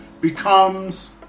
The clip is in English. becomes